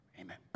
Amen